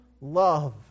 love